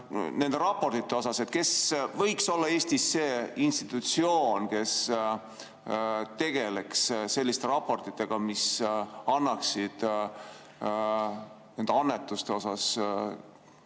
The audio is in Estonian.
nende raportite kohta. Kes võiks olla Eestis see institutsioon, kes tegeleks selliste raportitega, mis annaksid annetuste kohta